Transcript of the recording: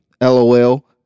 LOL